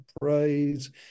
praise